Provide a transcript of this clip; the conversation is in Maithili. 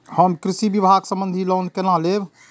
हम कृषि विभाग संबंधी लोन केना लैब?